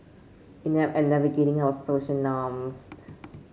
inept at navigating our social norms